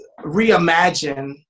reimagine